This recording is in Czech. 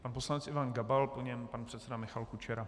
Pan poslanec Ivan Gabal, po něm pan předseda Michal Kučera.